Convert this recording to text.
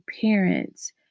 parents